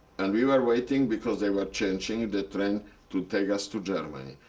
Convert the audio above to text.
and we were waiting because they were changing the train to take us to germany.